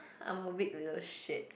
I'm a weak leader shit